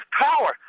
power